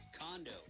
condo